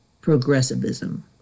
progressivism